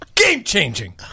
Game-changing